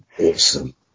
Awesome